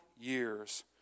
years